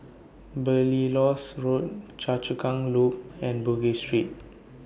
Belilios Road Choa Chu Kang Loop and Bugis Street